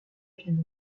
piano